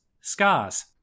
scars